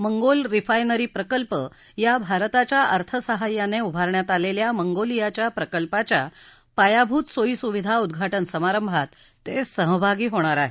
Mongol refinery प्रकल्प या भारताच्या अर्थसाहाय्याने उभारण्यात आलेल्या मंगोलियाच्या प्रकल्पाच्या पायाभूत सोयीसुविधा उद्घाटन समारंभात ते सहभागी होणार आहेत